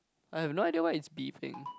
I have no idea what is beeping